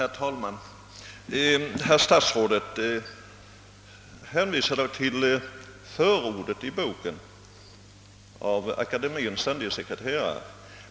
Herr talman! Herr statsrådet hänvisar till det förord i boken Våra namnsdagar, som skrivits av Vetenskapsakademiens ständige sekreterare.